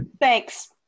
Thanks